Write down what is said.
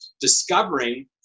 discovering